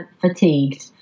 fatigued